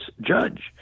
judge